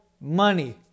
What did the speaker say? money